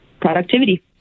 productivity